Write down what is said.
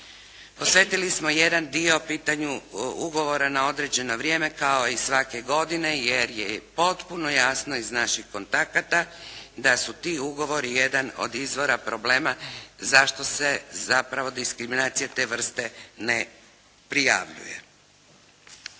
posvetili smo jedan dio pitanju ugovora na određeno vrijeme kao i svake godine, jer je potpuno jasno iz naših kontakata da su ti ugovori jedan od izvora problema zašto se zapravo diskriminacija te vrste ne prijavljuje.